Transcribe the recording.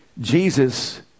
Jesus